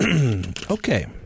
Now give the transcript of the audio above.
Okay